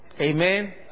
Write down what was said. Amen